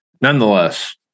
Nonetheless